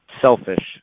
selfish